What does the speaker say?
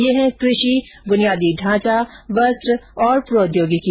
ये हैं कृषि बुनियादी ढांचा वस्त्र और प्रौद्योगिकी